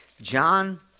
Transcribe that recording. John